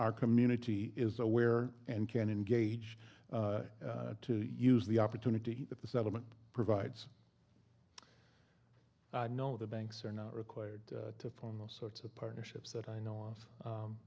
our community is aware and can engage to use the opportunity that the settlement provides no the banks are not required to fund those sorts of partnerships that i know of